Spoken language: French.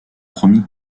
promis